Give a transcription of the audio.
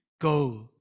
go